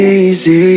easy